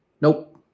Nope